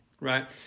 right